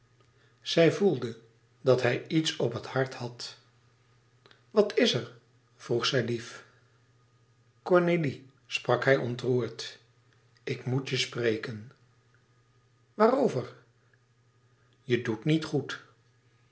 zij voelde dat hij iets op het hart had wat is er vroeg zij lief cornélie sprak hij ontroerd ik moet je spreken waarover je doet niet goed